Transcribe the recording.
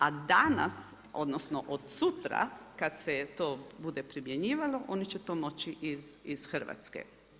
A danas, odnosno od sutra kada se to bude primjenjivalo oni će to moći iz Hrvatske.